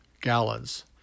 gallons